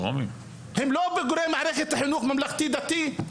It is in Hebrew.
הם לא בוגרי מערכת החינוך ממלכתי-דתי?